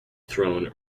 throne